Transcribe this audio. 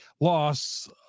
loss